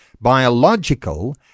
biological